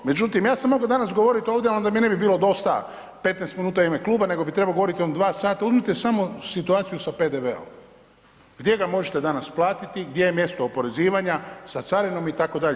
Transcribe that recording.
Međutim, ja sam mogao danas govoriti ovdje a onda mi ne bi bilo dosta 15 minuta u ime kluba nego bih trebao govoriti jedno 2 sata, uzmite samo situaciju sa PDV-om gdje ga možete danas platiti, gdje je mjesto oporezivanja sa carinom itd.